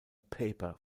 paper